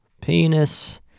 penis